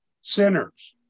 sinners